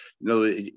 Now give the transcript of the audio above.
No